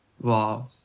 Wow